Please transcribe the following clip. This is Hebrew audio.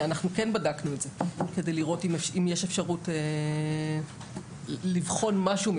אנחנו כן בדקנו את זה כדי לראות אם יש אפשרות לבחון משהו,